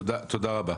תודה רבה.